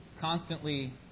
constantly